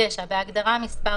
סעיף (9) זה